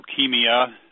leukemia